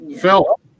phil